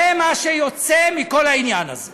זה מה שיוצא מכל העניין הזה.